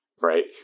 right